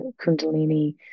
Kundalini